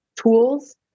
tools